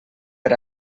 per